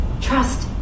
trust